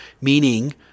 Meaning